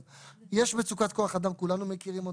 יש מצוקת כוח אדם, כולנו מכירים אותה.